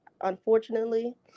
unfortunately